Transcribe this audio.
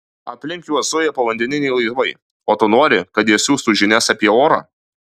aplink juos zuja povandeniniai laivai o tu nori kad jie siųstų žinias apie orą